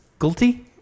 guilty